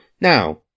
now